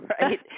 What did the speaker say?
right